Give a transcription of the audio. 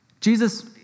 Jesus